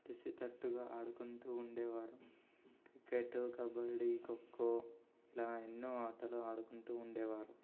కలిసికట్టుగా ఆడుకుంటు ఉండేవారు క్రికెట్ కబడ్డీ ఖోఖో ఇలా ఎన్నో ఆటలు ఆడుకుంటు ఉండేవారు